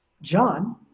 John